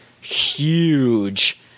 huge